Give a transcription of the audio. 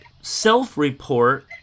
self-report